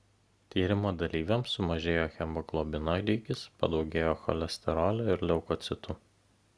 tyrimo dalyviams sumažėjo hemoglobino lygis padaugėjo cholesterolio ir leukocitų